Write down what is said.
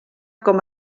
com